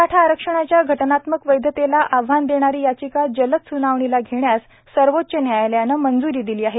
मराठा आरक्षणाच्या घटनात्मक वैधतेला आव्हान देणारी याचिका जलद स्नावणीला घेण्यास सर्वोच्च न्यायालयानं मंज्री दिली आहे